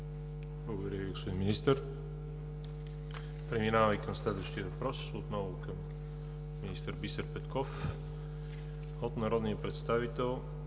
Благодаря Ви, господин Министър. Преминаваме към следващия въпрос отново към министър Бисер Петков от народния представител